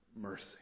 mercy